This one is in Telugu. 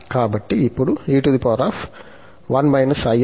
కాబట్టి ఇప్పుడు e 1−